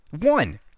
one